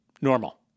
normal